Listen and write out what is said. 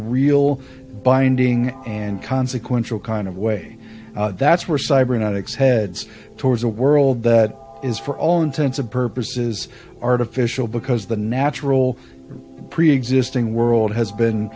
real binding and consequential kind of way that's where cybernetics heads towards a world that is for all intents and purposes artificial because the natural preexisting world has been